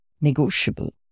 negotiable